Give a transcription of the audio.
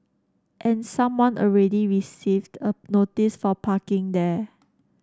and someone already received a notice for parking there